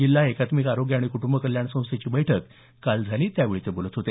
जिल्हा एकात्मिक आरोग्य आणि कुटंब कल्याण संस्थेची बैठक काल झाली त्यावेळी ते बोलत होते